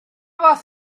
fath